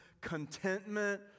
contentment